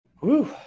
Woo